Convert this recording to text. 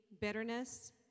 bitterness